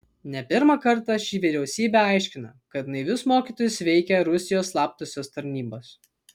ne pirmą kartą ši vyriausybė aiškina kad naivius mokytojus veikia rusijos slaptosios tarnybos